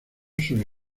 suele